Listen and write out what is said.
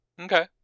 okay